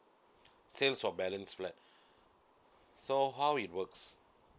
sales of balance flat so how it works